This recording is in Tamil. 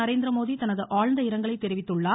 நரேந்திரமோடி தனது ஆழ்ந்த இரங்கலைத் தெரிவித்துள்ளார்